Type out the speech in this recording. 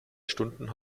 stunden